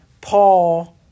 Paul